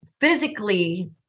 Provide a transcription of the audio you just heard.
physically